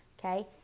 okay